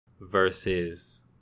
versus